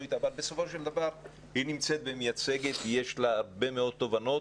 אתה אבל בסופו של דבר היא נמצאת ומייצגת ויש לה הרבה מאוד תובנות.